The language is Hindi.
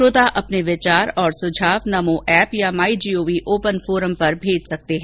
श्रोता अपने विचार और सुझाव नमो एप या माई जीओवी ओपन फोरम पर भेज सकते हैं